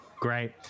Great